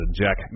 Jack